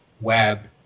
web